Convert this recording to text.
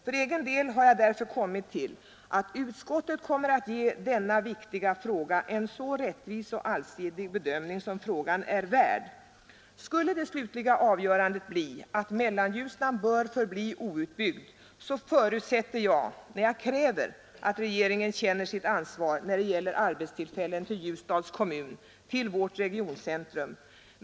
För egen del har jag därför kommit till att med utskottets skrivning får denna viktiga fråga en så rättvis och allsidig bedömning som frågan är värd. Skulle det slutliga avgörandet bli jag kräver att regeringen känner sitt ansvar när det gäller arbetstillfällen till Ljusdals kommun, till vårt regioncentrum.